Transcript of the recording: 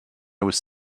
was